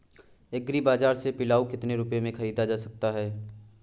Agree बाजार से पिलाऊ कितनी रुपये में ख़रीदा जा सकता है?